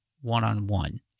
one-on-one